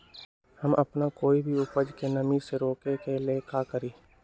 हम अपना कोई भी उपज के नमी से रोके के ले का करी?